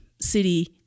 city